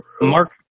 Mark